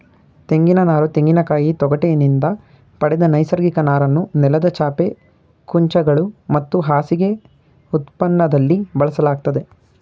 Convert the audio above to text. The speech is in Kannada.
ತೆಂಗಿನನಾರು ತೆಂಗಿನಕಾಯಿ ತೊಗಟಿನಿಂದ ಪಡೆದ ನೈಸರ್ಗಿಕ ನಾರನ್ನು ನೆಲದ ಚಾಪೆ ಕುಂಚಗಳು ಮತ್ತು ಹಾಸಿಗೆ ಉತ್ಪನ್ನದಲ್ಲಿ ಬಳಸಲಾಗ್ತದೆ